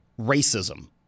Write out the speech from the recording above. racism